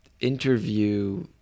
interview